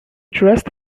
dressed